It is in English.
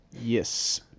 Yes